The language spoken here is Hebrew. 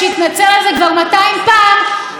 ולחבר הכנסת מוסי רז,